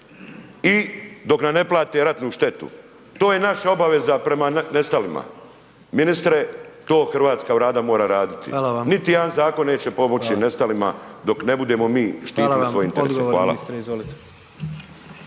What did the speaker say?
i dok nam ne plate ratnu štetu. To je naša obaveza prema nestalima. Ministre to Hrvatska Vlada mora raditi …/Upadica: Hvala vam./… niti jedan zakon neće pomoći nestalima dok ne budemo mi štiti svoje interese. Hvala.